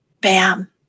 bam